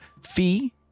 Fee